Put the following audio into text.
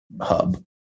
hub